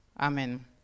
Amen